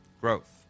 Growth